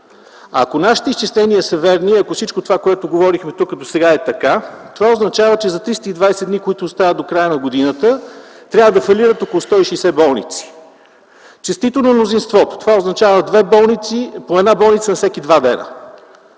Ако нашите изчисления са верни и ако всичко, което говорихме досега, е така, това означава, че за 320 дни, които остават до края на годината, трябва да фалират около 160 болници. Честито на мнозинството! Това означава по една болница на всеки два дни.